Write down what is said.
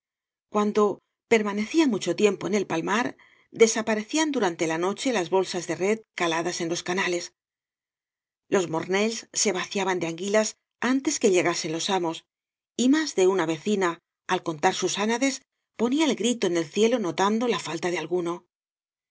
cuando permanecía mucho tiempo en el palmar desaparecían durante la noche las bolsas de red caladas en los canales los mornells se vaciaban de anguilas antes que llegasen loa amos y más de una vecina al contar sus ánades ponía el grito en el cielo notando la falta de alguno el